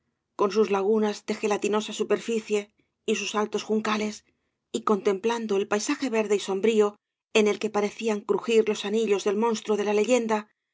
con sus lagunas de gelatinosa superfícié y bus altos juncales y contemplando el paisaja verde y sombrío en el que parecían crujir los anillos del monstruo de la leyenda